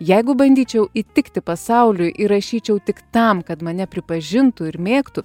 jeigu bandyčiau įtikti pasauliui ir rašyčiau tik tam kad mane pripažintų ir mėgtų